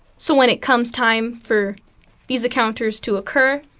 so when it comes time for these encounters to occur,